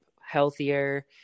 healthier